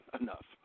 enough